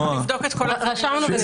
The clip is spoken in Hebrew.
נבדוק את כל הדברים.